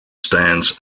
stands